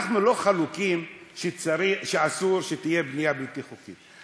אנחנו לא חלוקים שאסור שתהיה בנייה בלתי חוקית.